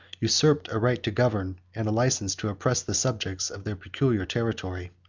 usurped a right to govern, and a license to oppress, the subjects of their peculiar territory.